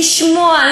לשמוע,